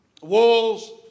Walls